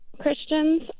Christians